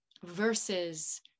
versus